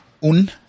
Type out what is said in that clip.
Un